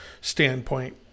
standpoint